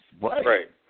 Right